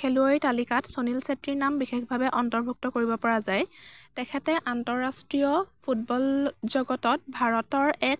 খেলুৱৈৰ তালিকাত সুনীল চেত্ৰীৰ নাম বিশেষভাৱে অন্তৰ্ভুক্ত কৰিব পৰা যায় তেখেতে আন্তঃৰাষ্ট্ৰীয় ফুটবল জগতত ভাৰতৰ এক